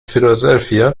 philadelphia